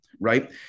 right